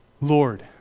Lord